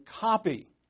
copy